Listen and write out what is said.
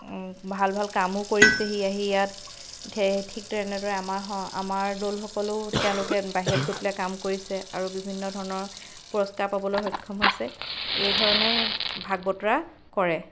ভাল ভাল কামো কৰিছেহি আহি ইয়াত ভে ঠিক তেনেদৰে আমাৰ স আমাৰ দলসকলেও তেওঁলোকে বাহিৰত গৈ পেলাই কাম কৰিছে আৰু বিভিন্ন ধৰণৰ পুৰস্কাৰ পাবলৈ সক্ষম হৈছে এইধৰণে ভাগ বতৰা কৰে